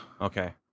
Okay